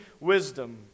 wisdom